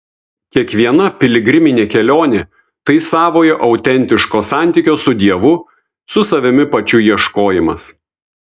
kiekviena piligriminė kelionė tai savojo autentiško santykio su dievu su savimi pačiu ieškojimas